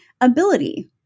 ability